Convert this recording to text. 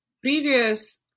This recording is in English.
previous